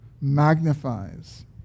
magnifies